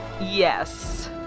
Yes